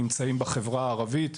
שנמצאים בחברה הערבית.